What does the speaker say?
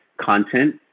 content